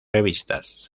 revistas